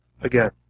again